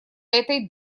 этой